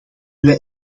wij